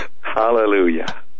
Hallelujah